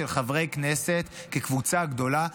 של חברי כנסת כקבוצה גדולה,